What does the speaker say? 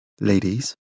Ladies